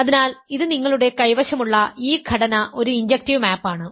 അതിനാൽ ഇത് നിങ്ങളുടെ കൈവശമുള്ള ഈ ഘടന ഒരു ഇൻജെക്റ്റീവ് മാപ്പ് ആണ്